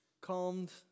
calmed